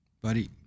Buddy